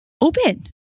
open